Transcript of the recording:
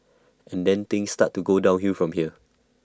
and then things start to go downhill from here